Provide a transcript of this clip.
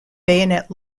bayonet